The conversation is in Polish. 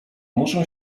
muszą